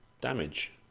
damage